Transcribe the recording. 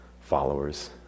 followers